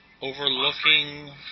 overlooking